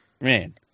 man